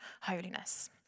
holiness